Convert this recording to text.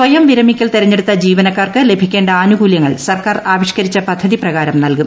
സ്വയം വിരമിക്കൽ തെരഞ്ഞെടുത്ത ജീവനക്കാർക്ക് ലഭിക്കേണ്ട ആനുകൂല്യങ്ങൾ സർക്കാർ ആവിഷ്കരിച്ച പദ്ധതി പ്രകാരം നൽകും